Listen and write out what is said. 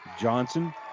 Johnson